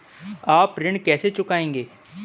आप ऋण कैसे चुकाएंगे?